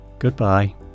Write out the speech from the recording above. Goodbye